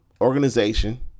organization